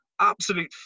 absolute